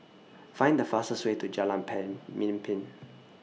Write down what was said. Find The fastest Way to Jalan Pemimpin